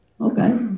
Okay